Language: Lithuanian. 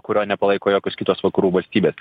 kurio nepalaiko jokios kitos vakarų valstybės